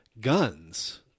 guns